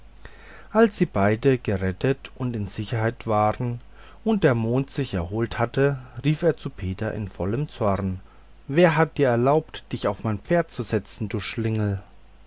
als sie beide gerettet und in sicherheit waren und der mond sich erholt hatte rief er zu petern in vollem zorn wer hat dir erlaubt dich auf mein pferd zu setzen du schlingel